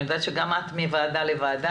אני יודעת ש גם את רצה מוועדה לוועדה.